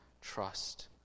trust